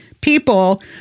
people